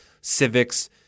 civics